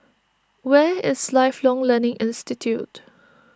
where is Lifelong Learning Institute